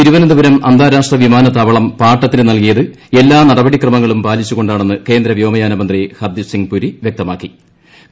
തിരുവനന്തപുരം അന്താരാഷ്ട്ര വിമാനത്താവളം പാട്ടത്തിന് നൽകിയത് എല്ലാ നടപടി ക്രമങ്ങളും പാലിച്ചുക്കാണ്ടാണെന്ന് കേന്ദ്ര വ്യോമയാനമന്ത്രി ഹർദ്ദീപ്പ്സിംഗ് പുരി വ്യക്തമാക്കി